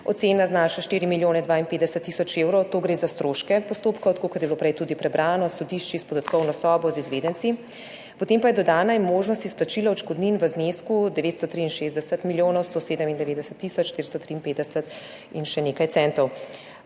Ocena znaša 4 milijone 52 tisoč evrov. Gre za stroške postopkov, tako kot je bilo prej tudi prebrano, s sodišči, s podatkovno sobo, z izvedenci. Potem pa je dodana možnost izplačila odškodnin v znesku 963 milijonov 197 tisoč 453 in še nekaj centov.